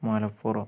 Malappuram